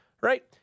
right